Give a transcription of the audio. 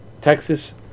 texas